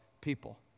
people